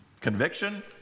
Conviction